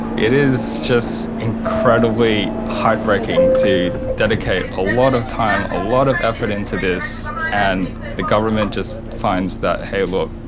it is just incredibly heartbreaking to dedicate a lot of time, a lot of effort into this and the government just finds that, hey look,